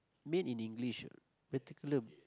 made in English ah particular